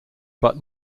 but